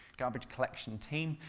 garbage collection team,